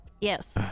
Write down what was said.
Yes